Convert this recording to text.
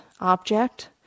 object